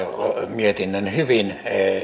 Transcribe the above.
mietinnön hyvin